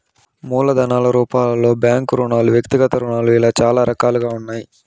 మూలధన రూపాలలో బ్యాంకు రుణాలు వ్యక్తిగత రుణాలు ఇలా చాలా రకాలుగా ఉన్నాయి